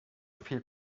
viel